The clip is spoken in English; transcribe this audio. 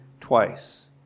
twice